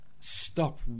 stop